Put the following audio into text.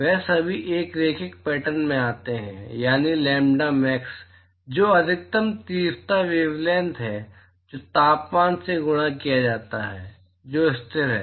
वे सभी एक रैखिक पैटर्न में आते हैं यानी लैम्ब्डा मैक्स जो अधिकतम तीव्रता वेवलैंथ है जो तापमान से गुणा किया जाता है जो स्थिर है